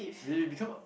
when you become a